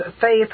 faith